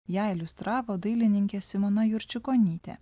ją iliustravo dailininkė simona jurčiukonytė